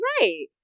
Right